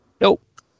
Nope